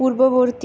পূর্ববর্তী